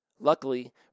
Luckily